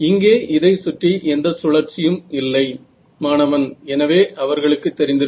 இங்கே இதை சுற்றி எந்தச் சுழற்சியும் இல்லை மாணவன் எனவே அவர்களுக்கு தெரிந்திருக்கும்